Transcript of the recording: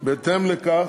בהתאם לכך,